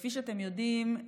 כפי שאתם יודעים,